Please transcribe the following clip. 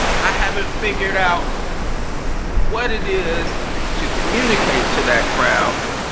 i haven't figured out what it is to communicate to that crowd,